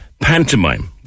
pantomime